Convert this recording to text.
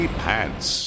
pants